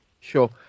sure